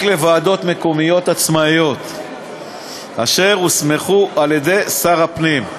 לוועדות מקומיות עצמאיות אשר הוסמכו על-ידי שר הפנים.